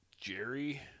Jerry